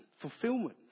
fulfillment